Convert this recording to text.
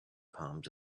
palms